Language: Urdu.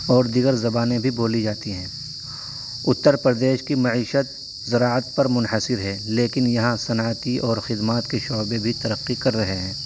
اور دیگر زبانیں بھی بولی جاتی ہیں اتر پردیش کی معیشت زراعت پر منحصر ہے لیکن یہاں صنعتی اور خدمات کے شعبے بھی ترقی کر رہے ہیں